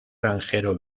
granjero